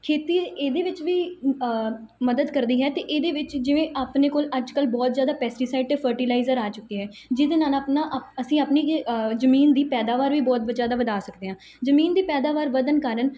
ਖੇਤੀ ਇਹਦੇ ਵਿੱਚ ਵੀ ਮਦਦ ਕਰਦੀ ਹੈ ਅਤੇ ਇਹਦੇ ਵਿੱਚ ਜਿਵੇਂ ਆਪਣੇ ਕੋਲ ਅੱਜ ਕੱਲ੍ਹ ਬਹੁਤ ਜ਼ਿਆਦਾ ਪੈਸਟੀਸਾਈਡ ਅਤੇ ਫਰਟੀਲਾਈਜਰ ਆ ਚੁੱਕੇ ਹੈ ਜਿਹਦੇ ਨਾਲ ਆਪਣਾ ਅਪ ਅਸੀਂ ਆਪਣੀ ਜ਼ਮੀਨ ਦੀ ਪੈਦਾਵਾਰ ਵੀ ਬਹੁਤ ਜ਼ਿਆਦਾ ਵਧਾ ਸਕਦੇ ਹਾਂ ਜ਼ਮੀਨ ਦੀ ਪੈਦਾਵਾਰ ਵਧਣ ਕਾਰਨ